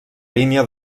línia